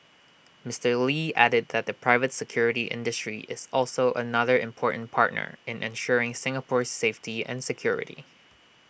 Mister lee added that the private security industry is also another important partner in ensuring Singapore's safety and security